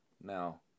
Now